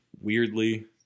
weirdly